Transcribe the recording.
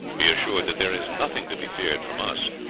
be assured that there is nothing to be feared from us.